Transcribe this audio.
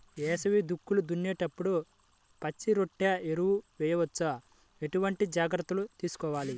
వేసవి దుక్కులు దున్నేప్పుడు పచ్చిరొట్ట ఎరువు వేయవచ్చా? ఎటువంటి జాగ్రత్తలు తీసుకోవాలి?